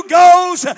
goes